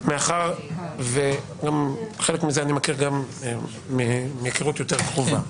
מאחר וחלק מזה אני מכיר גם מהיכרות יותר קרובה